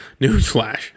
Newsflash